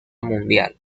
mundial